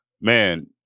Man